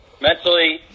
Mentally